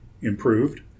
improved